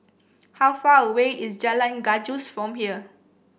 how far away is Jalan Gajus from here